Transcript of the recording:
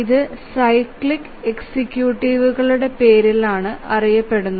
ഇത് സൈക്ലിക് എക്സിക്യൂട്ടീവുകളുടെ പേരിലാണ് അറിയപ്പെടുന്നത്